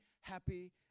happy